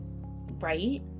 right